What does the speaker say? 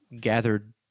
gathered